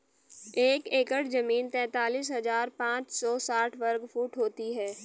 एक एकड़ जमीन तैंतालीस हजार पांच सौ साठ वर्ग फुट होती है